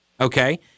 Okay